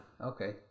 Okay